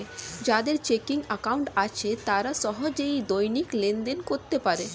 যাদের checking account আছে তারা সহজে দৈনিক লেনদেন করতে পারে